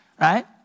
right